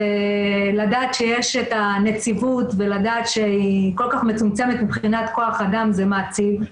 לדעת שיש את הנציבות ולדעת שהיא כל כך מצומצמת מבחינת כח האדם זה מעציב,